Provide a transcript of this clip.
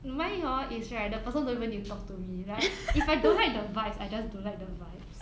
mine hor is right the person don't even need to talk to me like if I don't like the vibes I just don't like the vibes